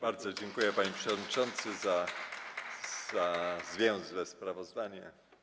Bardzo dziękuję, panie przewodniczący, za zwięzłe sprawozdanie.